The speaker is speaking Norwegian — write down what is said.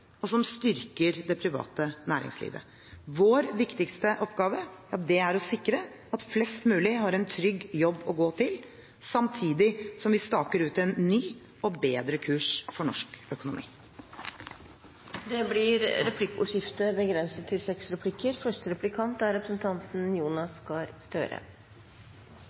og styrker det private næringslivet. Vår viktigste oppgave er å sikre at flest mulig har en trygg jobb å gå til, samtidig som vi staker ut en ny og bedre kurs for norsk økonomi. Det blir replikkordskifte. Finansministeren sa at det gjelder å tenke seg hvordan det er